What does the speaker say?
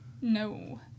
No